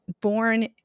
born